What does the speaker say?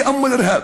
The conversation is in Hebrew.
בעשיית טרור.)